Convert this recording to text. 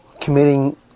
committing